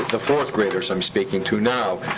the fourth-graders, i'm speaking to now,